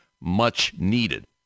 much-needed